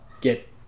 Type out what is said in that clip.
get